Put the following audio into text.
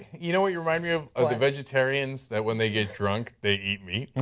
you know you remind me of of the vegetarians that when they get drunk they eat meat.